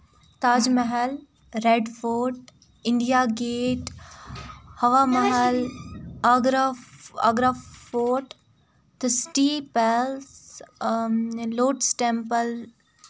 تاج Mahal Red Fort India Gate Hawa Mahal Agra Agra Fort تہٕ City Palace Lotus temple